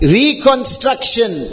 reconstruction